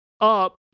up